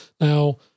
Now